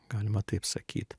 galima taip sakyt